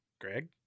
Greg